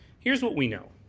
here's what we know.